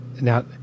Now